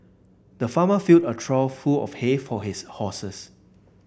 the farmer filled a trough full of hay for his horses